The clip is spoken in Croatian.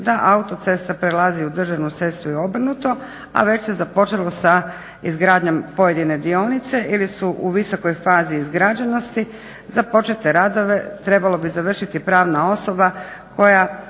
da autocesta prelazi u državnu cestu i obrnuto, a već se započelo sa izgradnjom pojedine dionice ili su u visokoj fazi izgrađenosti započete radove trebalo bi završiti pravna osoba koja